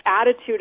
attitude